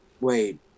wait